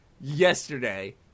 yesterday